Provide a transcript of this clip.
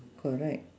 correct